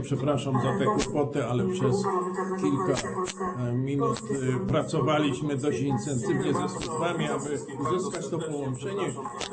Przepraszam za te kłopoty, ale przez kilka minut pracowaliśmy dość intensywnie ze służbami, aby uzyskać to połączenie.